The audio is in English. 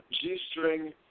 G-string